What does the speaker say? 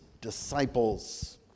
disciples